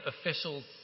official's